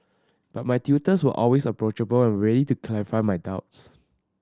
but my tutors were always approachable and ready to clarify my doubts